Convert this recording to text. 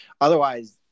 Otherwise